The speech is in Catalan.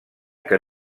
que